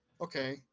Okay